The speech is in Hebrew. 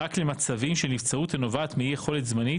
רק למצבים של נבצרות שנובעת מאי יכולת זמנית,